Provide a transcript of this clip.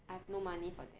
I've no money for that